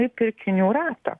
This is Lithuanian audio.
į pirkinių ratą